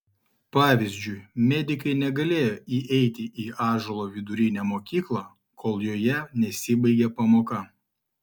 pavyzdžiui medikai negalėjo įeiti į ąžuolo vidurinę mokyklą kol joje nesibaigė pamoka